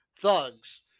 thugs